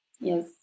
yes